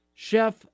Chef